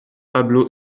pablo